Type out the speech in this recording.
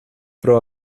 pro